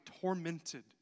tormented